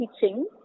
teaching